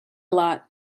lot